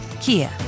Kia